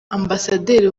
ambasaderi